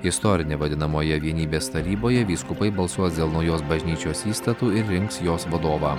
istorine vadinamoje vienybės taryboje vyskupai balsuos dėl naujos bažnyčios įstatų ir rinks jos vadovą